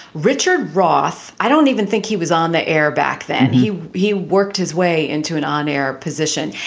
richard roth? i don't even think he was on the air back then. he he worked his way into an on air position.